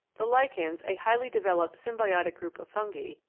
the lichens, a highly developed symbiotic group of fungi,